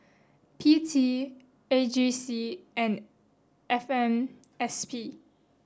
P T A G C and F M S P